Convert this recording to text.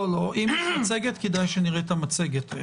אם יש מצגת, כדאי שנראה את המצגת.